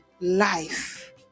life